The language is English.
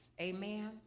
amen